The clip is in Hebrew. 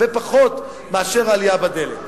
הרבה פחות מאשר העלייה בדלק,